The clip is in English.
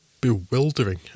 bewildering